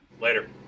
later